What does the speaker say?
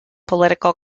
political